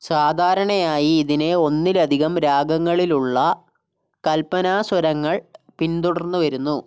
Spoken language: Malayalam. സാധാരണയായി ഇതിനെ ഒന്നിലധികം രാഗങ്ങളിലുള്ള കല്പനാസ്വരങ്ങൾ പിന്തുടർന്നു വരുന്നു